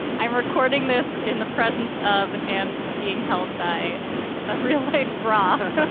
i'm recording this in the presence of and being held by a real life bra